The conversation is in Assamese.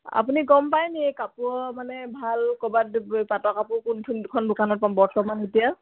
আপুনি গম পায় নি কাপোৰ মানে ভাল ক'ৰবাত পাটৰ কাপোৰ কোন দুখন দোকানত পাম বৰ্তমান এতিয়া